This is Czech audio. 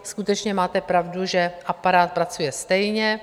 Skutečně máte pravdu, že aparát pracuje stejně.